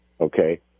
Okay